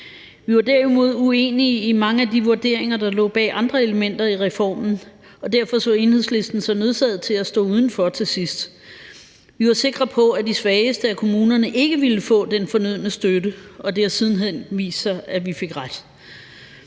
Vi var derimod uenige i mange af de vurderinger, der lå bag andre elementer i reformen, og derfor så Enhedslisten sig nødsaget til at stå udenfor til sidst. Vi var sikre på, at de svageste af kommunerne ikke ville få den fornødne støtte, og det har sidenhen vist sig, at vi fik ret.